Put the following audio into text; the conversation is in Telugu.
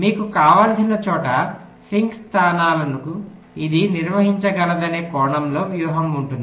మీకు కావలసిన చోట సింక్ స్థానాలను ఇది నిర్వహించగలదనే కోణంలో వ్యూహం ఉంటుంది